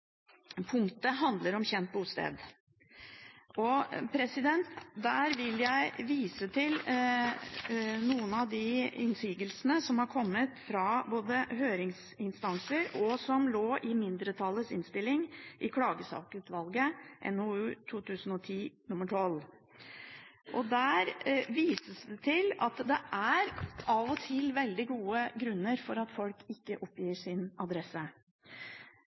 punktet handler om kjent bosted. Der vil jeg vise til noen av de innsigelsene som har kommet fra høringsinstanser, og som lå i mindretallets innstilling i klagesaksutvalget, NOU 2010:12. Der vises det til at det av og til er veldig gode grunner til at folk ikke oppgir sin adresse.